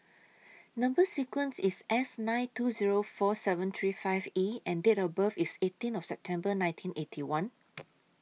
Number sequence IS S nine two Zero four seven three five E and Date of birth IS eighteen September nineteen Eighty One